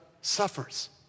suffers